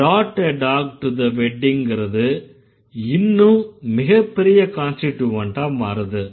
brought a dog to the wedding ங்கறது இன்னும் மிகப்பெரிய கான்ஸ்டிட்யூவன்ட்டா மாறுது